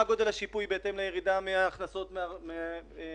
גודל השיפוי בהתאם לירידה בהכנסות ממע"מ,